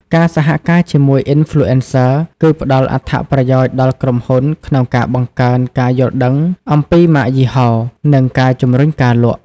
ការសហការជាមួយ Influencer គឺផ្តល់អត្ថប្រយោជន៍ដល់ក្រុមហ៊ុនក្នុងការបង្កើនការយល់ដឹងអំពីម៉ាកយីហោ និងការជំរុញការលក់។